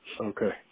Okay